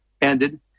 ended